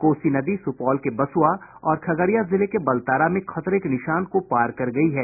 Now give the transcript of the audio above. कोसी नदी सुपौल के बसुआ और खगड़िया जिले के बलतारा में खतरे के निशान को पार कर गयी है